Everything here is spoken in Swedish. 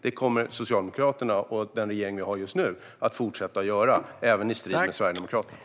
Det kommer Socialdemokraterna och den regering vi har just nu att fortsätta göra, även i strid med Sverigedemokraterna.